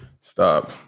Stop